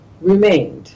remained